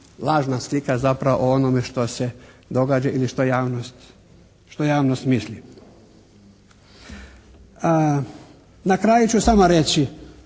lažna slika zapravo o onome što se događa ili što javnost misli. Na kraju ću samo reći